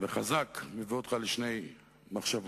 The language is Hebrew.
וחזק מביא אותך לשתי מחשבות.